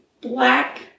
black